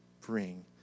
bring